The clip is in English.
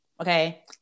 okay